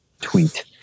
tweet